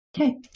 Okay